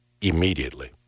immediately